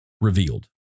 revealed